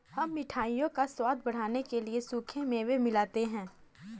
हम मिठाइयों का स्वाद बढ़ाने के लिए सूखे मेवे मिलाते हैं